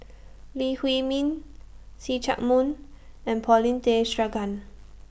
Lee Huei Min See Chak Mun and Paulin Tay Straughan